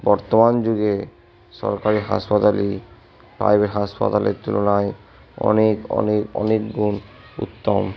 বর্তমান যুগে সরকারি হাসপাতালই প্রাইভেট হাসপাতালের তুলনায় অনেক অনেক অনেক গুণ উত্তম